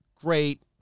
great